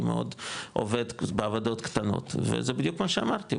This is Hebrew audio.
אם הוא עובד בעבודות קטנות וזה בדיוק מה שאמרתי,